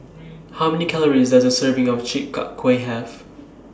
How Many Calories Does A Serving of Chi Kak Kuih Have